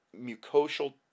mucosal